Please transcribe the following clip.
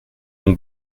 mon